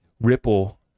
Ripple